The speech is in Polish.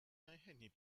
najchętniej